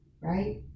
Right